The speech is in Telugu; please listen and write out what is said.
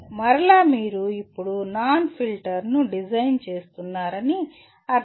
మరలా మీరు ఇప్పుడు నాచ్ ఫిల్టర్ను డిజైన్ చేస్తున్నారని అర్థం